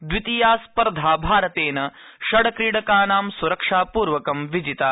द्वितीया स्पर्धा भारतेन षड् क्रीडकानां सुरक्षापूर्वक विजिता